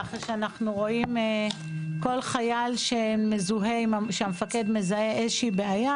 ככה שכל חייל שהמפקד מזהה איזושהי בעיה,